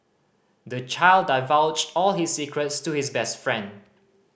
the child divulged all his secrets to his best friend